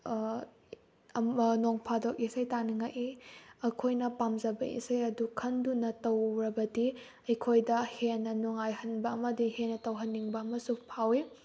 ꯅꯣꯡꯐꯥꯗꯣꯛ ꯏꯁꯩ ꯇꯥꯅꯤꯡꯉꯛꯏ ꯑꯩꯈꯣꯏꯅ ꯄꯥꯝꯖꯕ ꯏꯁꯩ ꯑꯗꯨ ꯈꯟꯗꯨꯅ ꯇꯧꯔꯕꯗꯤ ꯑꯩꯈꯣꯏꯗ ꯍꯦꯟꯅ ꯅꯨꯡꯉꯥꯏꯍꯟꯕ ꯑꯃꯗꯤ ꯍꯦꯟꯅ ꯇꯧꯍꯟꯅꯤꯡꯕ ꯑꯃꯁꯨ ꯐꯥꯎꯏ